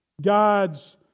God's